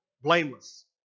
blameless